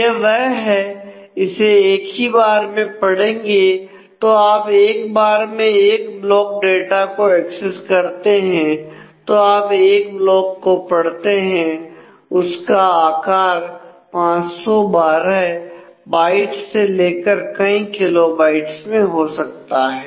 यह वह है इसे एक ही बार में पढेंगे तो आप एक बार मैं एक ब्लॉक डाटा को एक्सेस करते हैं तो आप एक ब्लॉक को पढ़ते हैं इसका आकार 512 बाइट्स से लेकर कई किलोबाइट्स में हो सकता है